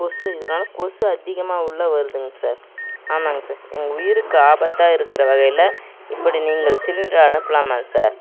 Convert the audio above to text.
கொசு இதனால் கொசு அதிகமாக உள்ளே வருதுங்க சார் ஆமாங்க சார் எங்கள் உயிருக்கு ஆபத்தாக இருக்கிற வகையில் இப்படி நீங்கள் சிலிண்டர் அனுப்பலாமா சார்